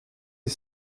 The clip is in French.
est